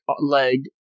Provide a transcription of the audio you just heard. leg